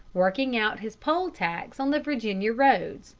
working out his poll-tax on the virginia roads,